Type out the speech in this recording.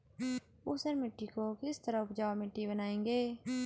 ऊसर मिट्टी को किस तरह उपजाऊ मिट्टी बनाएंगे?